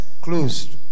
closed